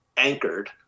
Anchored